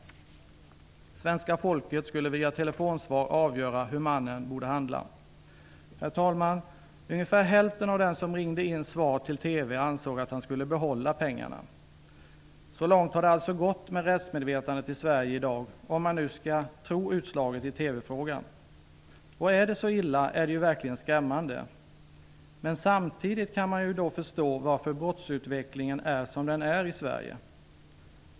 Svenska folket skulle via telefon avgöra hur mannen borde handla. Herr talman! Ungefär hälften av dem som ringde till TV ansåg att han skulle behålla pengarna. Så långt har det alltså gått med rättsmedvetandet i Sverige i dag, om man nu skall tro utslaget i TV frågan. Om det är så illa är det verkligen skrämmande. Samtidigt kan man då förstå varför brottsutvecklingen är som den är i Sverige.